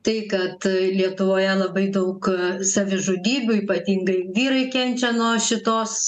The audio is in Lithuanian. tai kad lietuvoje labai daug savižudybių ypatingai vyrai kenčia nuo šitos